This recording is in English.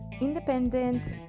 independent